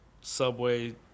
subway